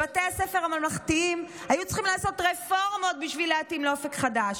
בבתי הספר הממלכתיים היו צריכים לעשות רפורמות בשביל להתאים לאופק חדש,